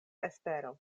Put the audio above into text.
espero